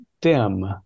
dim